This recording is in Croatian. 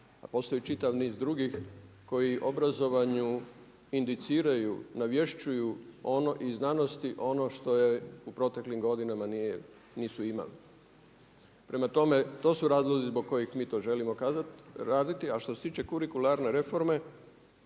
Pa postoji čitav niz drugih koji obrazovanju indiciraju, navješćuju iz znanosti ono što je u proteklim godinama nisu imali. Prema tome, to su razlozi zbog kojih mi to želimo raditi, a što se tiče kurikularne reforme